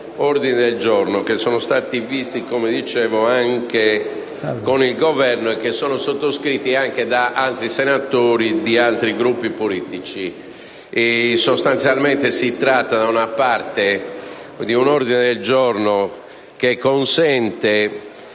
ordini del giorno che sono stati valutati, come dicevo, anche con il Governo e che sono sottoscritti anche da senatori di altri Gruppi politici. Sostanzialmente, si tratta da una parte di un ordine del giorno che impegna